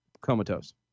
comatose